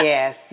Yes